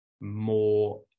more